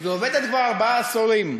היא עובדת כבר ארבעה עשורים,